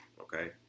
okay